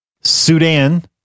Sudan